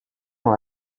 dans